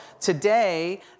today